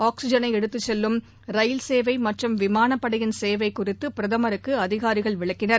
ஆக்ஸிஜனைஎடுத்துச்செல்லும் rail சேவைமற்றும் விமானப்படையின் சேவைகுறித்தபிரதமருக்குஅதிகாரிகள் விளக்கினர்